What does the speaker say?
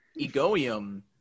egoium